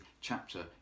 chapter